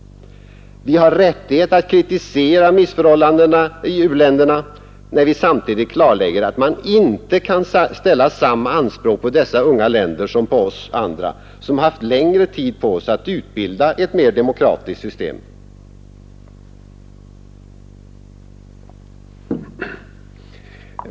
Vi har rättighet att kritisera missförhållanden i u-länderna, när vi samtidigt klarlägger att man inte kan ställa samma anspråk på dessa unga länder som på oss andra, som haft längre tid på oss att utbilda ett mer demokratiskt system.